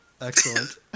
Excellent